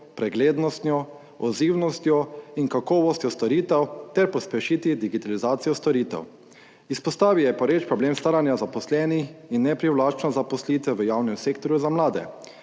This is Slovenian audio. preglednostjo, odzivnostjo in kakovostjo storitev ter pospešiti digitalizacijo storitev. Izpostavil je pereč problem staranja zaposlenih in neprivlačno zaposlitev v javnem sektorju za mlade.